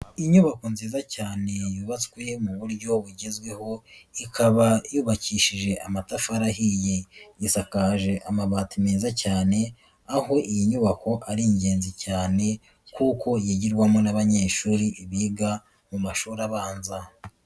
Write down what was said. Inyubako nziza cyane yubatswe mu buryo bugezweho, ikaba yubakishije amatafari ahiye, yasakaje amabati meza cyane, aho iyi nyubako ari ingenzi cyane kuko yigirwamo n'abanyeshuri biga mu mashuri abanza.